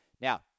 Now